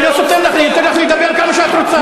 אני לא סותם לך, אני נותן לך לדבר כמה שאת רוצה.